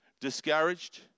Discouraged